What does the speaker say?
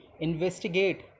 investigate